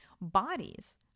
bodies